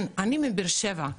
אני מבאר שבע,